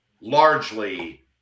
largely